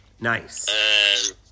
Nice